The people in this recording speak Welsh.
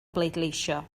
bleidleisio